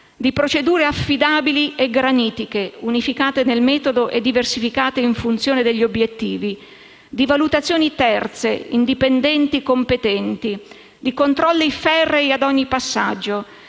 procedure affidabili e granitiche, unificate nel metodo e diversificate in funzione degli obiettivi; valutazioni terze, indipendenti, competenti; controlli ferrei ad ogni passaggio;